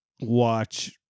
watch